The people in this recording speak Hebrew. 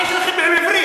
מה יש לכם עם העברית?